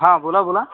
हां बोला बोला